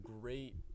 great